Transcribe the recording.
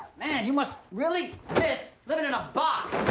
man, you must really miss living and box.